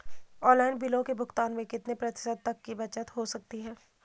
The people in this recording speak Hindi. ऑनलाइन बिलों के भुगतान में कितने प्रतिशत तक की बचत हो सकती है?